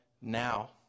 now